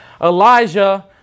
Elijah